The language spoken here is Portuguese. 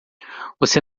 você